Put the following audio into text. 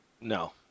No